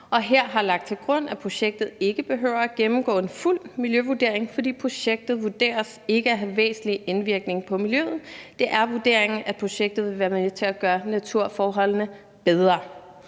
og her har lagt til grund, at projektet ikke behøver at gennemgå en fuld miljøvurdering, fordi projektet vurderes ikke at have væsentlig indvirkning på miljøet. Det er vurderingen, at projektet vil være med til at gøre naturforholdene bedre.